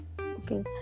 Okay